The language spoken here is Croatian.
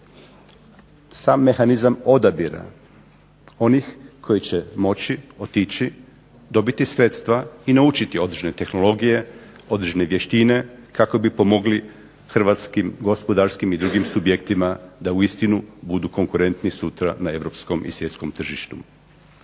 sam mehanizam odabira onih koji će moći otići, dobiti sredstva i naučiti određene tehnologije, određene vještine kako bi pomogli hrvatskim gospodarskim i drugim subjektima da uistinu budu konkurentni sutra na europskom i svjetskom tržištu.